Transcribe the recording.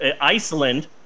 Iceland